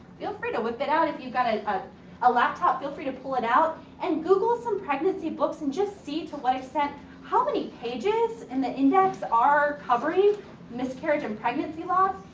feel free to whip it out. if you've got a ah laptop, feel free to pull it out and google some pregnancy books and just see to what extent how many pages in the index are covering miscarriage and pregnancy loss.